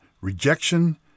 rejection